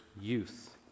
youth